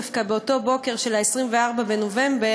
דווקא באותו בוקר של 24 בנובמבר,